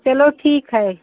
चलो ठीक है